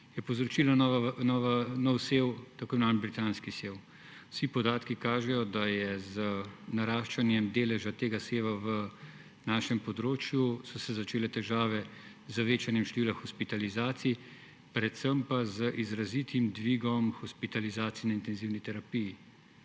je povzročil nov sev, tako imenovan britanski sev. Vsi podatki kažejo, da so se z naraščanjem deleža tega seva na našem območju začele težave z večanjem števila hospitalizacij, predvsem pa z izrazitim dvigom hospitalizacije in intenzivni terapiji.